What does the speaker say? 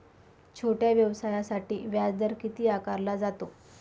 छोट्या व्यवसायासाठी व्याजदर किती आकारला जातो?